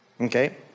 Okay